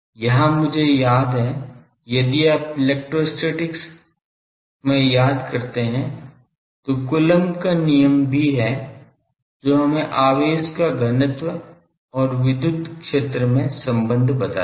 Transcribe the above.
यहाँ मुझे याद है कि यदि आप इलेक्ट्रोस्टैटिक्स में याद करते हैं तो कूलम्ब का नियम भी है जो हमें आवेश का घनत्व और विद्युत क्षेत्र में संबंध बताता है